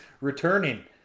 returning